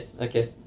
okay